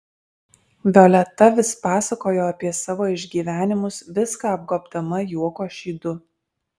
violeta vis pasakojo apie savo išgyvenimus viską apgobdama juoko šydu